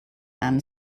and